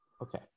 Okay